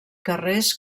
carrers